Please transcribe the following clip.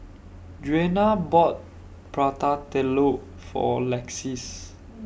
Juana bought Prata Telur For Lexis